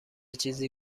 چیزی